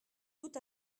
tout